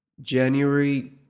January